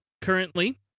currently